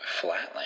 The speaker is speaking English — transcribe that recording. flatland